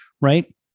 right